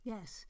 Yes